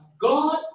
God